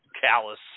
callous